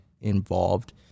involved